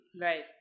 right